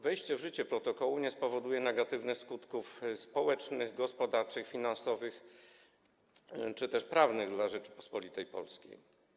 Wejście w życie protokołu nie spowoduje negatywnych skutków społecznych, gospodarczych, finansowych czy też prawnych dla Rzeczypospolitej Polskiej.